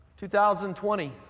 2020